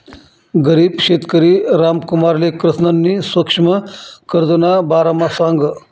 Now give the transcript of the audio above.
गरीब शेतकरी रामकुमारले कृष्णनी सुक्ष्म कर्जना बारामा सांगं